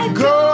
go